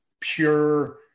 pure